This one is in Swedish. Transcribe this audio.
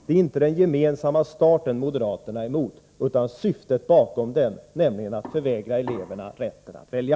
Det är inte den gemensamma starten moderaterna är emot, utan syftet bakom den, nämligen att eleverna skall förvägras rätten att välja.